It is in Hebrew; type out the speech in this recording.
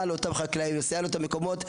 לאותם חקלאים בהגנה על אותן אדמות,